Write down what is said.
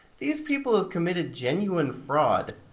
these people have committed genuine fraud.